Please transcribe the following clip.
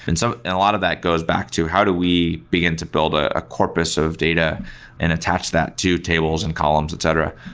and so and a lot of that goes back to how do we begin to build ah a corpus of data and attach that to tables and columns, etc,